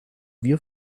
wir